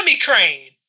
crane